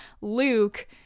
Luke